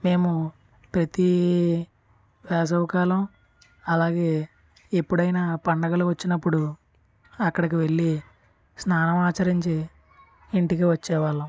మేము ప్రతీ వేసవికాలం అలాగే ఎపుడైనా పండగలు వచ్చినపుడు అక్కడకు వెళ్ళి స్నానమాచరించి ఇంటికి వచ్చేవాళ్లం